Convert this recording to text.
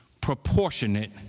proportionate